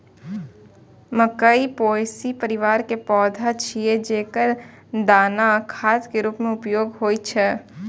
मकइ पोएसी परिवार के पौधा छियै, जेकर दानाक खाद्य रूप मे उपयोग होइ छै